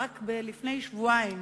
רק לפני שבועיים